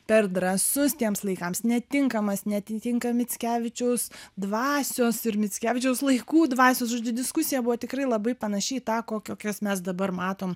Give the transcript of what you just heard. per drąsus tiems laikams netinkamas neatitinka mickevičiaus dvasios ir mickevičiaus laikų dvasios žodžiu diskusiją buvo tikrai labai panaši į tą kokias mes dabar matom